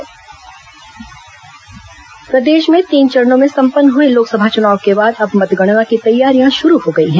मतगणना प्रशिक्षण प्रदेश में तीन चरणों में संपन्न हुए लोकसभा चुनाव के बाद अब मतगणना की तैयारियां शुरू हो गई हैं